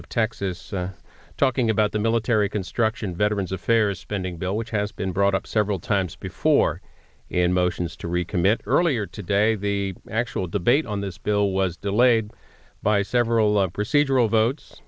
of texas talking about the military construction veterans affairs spending bill which has been brought up several times before and motions to recommit earlier today the actual debate on this bill was delayed by several of procedural votes